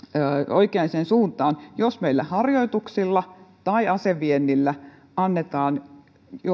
oikeaan suuntaan jos meillä harjoituksilla tai aseviennillä annetaan